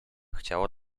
chciała